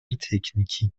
تکنیکی